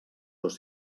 dos